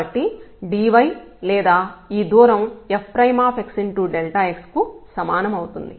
కాబట్టి dy లేదా ఈ దూరం fx కు సమానం అవుతుంది